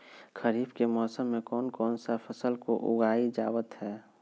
खरीफ के मौसम में कौन कौन सा फसल को उगाई जावत हैं?